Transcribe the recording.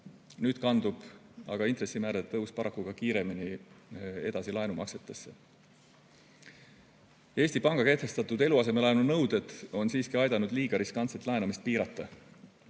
Nüüd kandub aga intressimäärade tõus paraku ka kiiremini edasi laenumaksetesse. Eesti Panga kehtestatud eluasemelaenu nõuded on siiski aidanud liiga riskantset laenamist piirata.